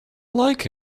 like